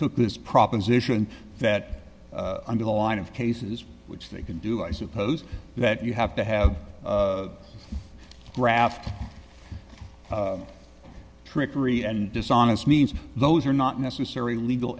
took this proposition that under the line of cases which they can do i suppose that you have to have graft trickery and dishonest means those are not necessary legal